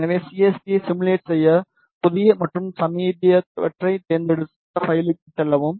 எனவே சிஎஸ்டியை சிமுலேட் செய்ய புதிய மற்றும் சமீபத்தியவற்றைத் தேர்ந்தெடுக்க பைலுக்கு செல்லவும்